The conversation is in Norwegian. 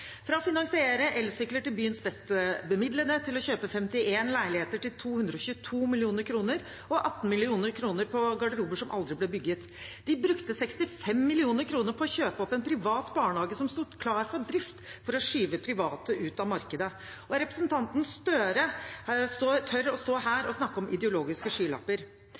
fra å finansiere elsykler til byens best bemidlede til å kjøpe 51 leiligheter til 222 mill. kr og bruke 18 mill. kr på garderober som aldri ble bygget. De brukte 65 mill. kr på å kjøpe opp en privat barnehage som stod klar for drift, for å skyve private ut av markedet. Representanten Gahr Støre tør å stå her og snakke om ideologiske skylapper.